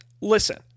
listen